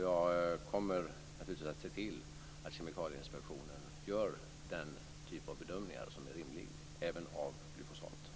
Jag kommer naturligtvis att se till att Kemikalieinspektionen gör den typ av bedömningar som är rimliga även av glyfosat.